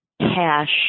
cash